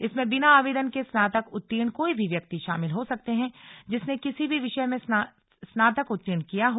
इसमें बिना आवेदन के स्नातक उत्तीर्ण कोई भी व्यक्ति शामिल हो सकते हैं जिसने किसी भी विषय मे स्नातक उत्तीर्ण किया हो